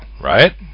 right